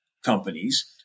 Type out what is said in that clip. companies